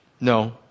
No